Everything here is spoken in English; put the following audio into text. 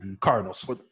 Cardinals